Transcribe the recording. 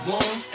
one